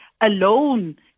alone